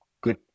good